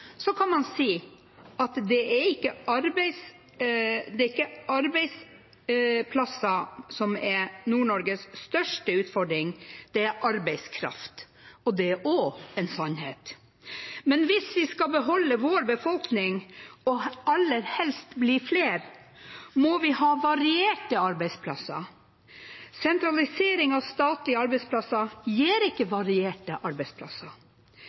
Så kan man si at det er ikke arbeidsplasser som er Nord-Norges største utfordring, det er arbeidskraft, og det er også en sannhet. Men hvis vi skal beholde vår befolkning – og aller helst bli flere – må vi ha varierte arbeidsplasser. Sentralisering av statlige arbeidsplasser gir ikke varierte arbeidsplasser.